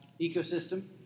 ecosystem